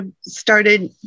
started